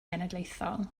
genedlaethol